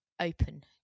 open